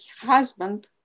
husband